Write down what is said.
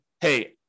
hey